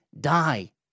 die